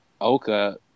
Oka